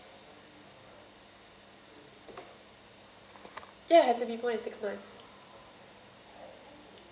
yes have to be more than six months